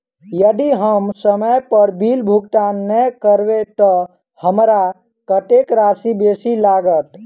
यदि हम समय पर बिल भुगतान नै करबै तऽ हमरा कत्तेक राशि बेसी लागत?